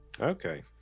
Okay